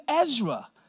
Ezra